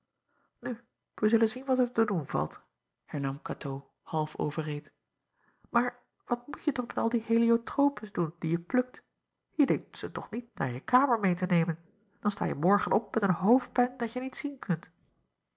wij zullen zien wat er te doen valt hernam atoo half overreed maar wat moetje toch met al die héliotropes doen die je plukt e denkt ze toch niet naar je kamer meê te nemen dan staje morgen op met een hoofdpijn dat je niet zien kunt